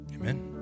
Amen